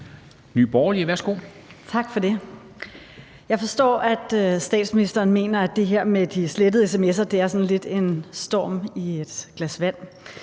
Vermund (NB): Tak for det. Jeg forstår, at statsministeren mener, at det her med de slettede sms'er er sådan lidt en storm i et glas vand;